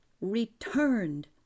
returned